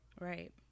Right